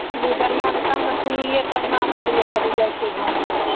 इसीलिए अगर बढ़िआँ रहै तब ने सुनलिए तब ने हम अएलिए कहलिए कहीँ जाए छिए घुमै ले